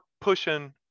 pushing